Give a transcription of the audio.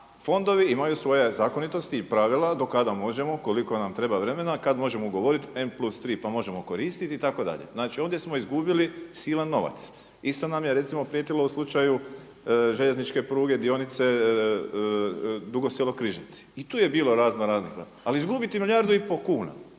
fondovi imaju svoje zakonitosti i pravila do kada možemo koliko nam treba vremena kada možemo ugovoriti … plus tri pa možemo koristiti itd. znači ovdje smo izgubili silan novac. Isto nam je recimo prijetilo u slučaju željezničke pruge dionice Dugo Selo-Križevci i tu je bilo ….ali izgubiti milijardu i pol kuna